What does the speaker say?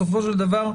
בסופו של דבר,